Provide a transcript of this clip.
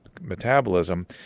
metabolism